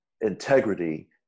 integrity